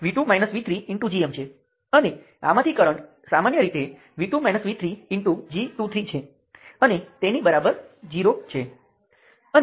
અહીં મેશ તરીકે પ્રદેશો છે આ નોડ કોઈ અન્ય લૂપ્સ ધરાવે છે